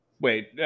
wait